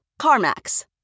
CarMax